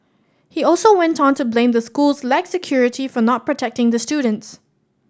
he also went on to blame the school's lax security for not protecting the students